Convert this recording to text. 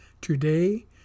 Today